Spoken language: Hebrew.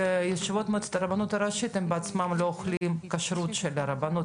בישיבות מועצת הרבנות הראשית הם בעצמם לא אוכלים כשרות של הרבנות,